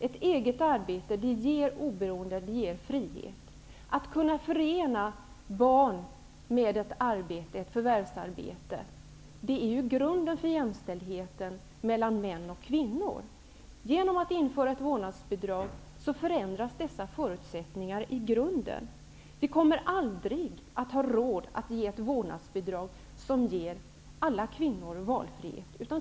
Ett eget arbete ger oberoende och frihet. Att kunna förena vården av barn med ett förvärvsarbete är grunden för jämställdheten mellan män och kvinnor. Genom ett vårdnadsbidrag förändras förutsättningarna i grunden. Vi kommer aldrig att ha råd att ge ett vårdnadsbidrag som ger alla kvinnor valfrihet.